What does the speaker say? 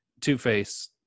two-face